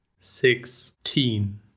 Sixteen